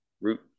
Root